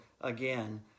again